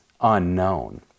unknown